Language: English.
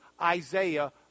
Isaiah